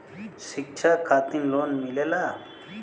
शिक्षा खातिन लोन मिलेला?